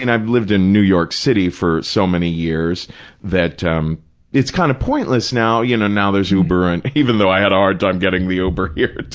and i've lived in new york city for so many years that um it's kind of pointless now, you know, now there's uber and, even though i had a hard time getting the uber here